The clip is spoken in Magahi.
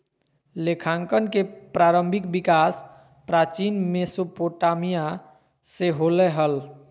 लेखांकन के प्रारंभिक विकास प्राचीन मेसोपोटामिया से होलय हल